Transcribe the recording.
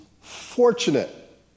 fortunate